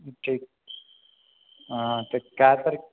ठीक तऽ कए तारीख़